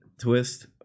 twist